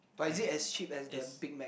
but is it as cheap as the Big Mac